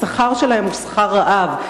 השכר שלהם הוא שכר רעב.